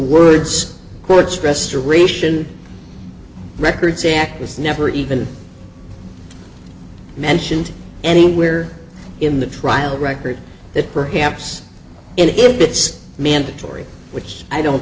words courts restoration records act was never even mentioned anywhere in the trial record that perhaps if it's mandatory which i don't